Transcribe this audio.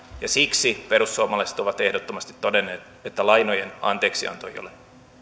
ja siksi perussuomalaiset ovat ehdottomasti todenneet että lainojen anteeksianto ei ole